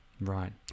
Right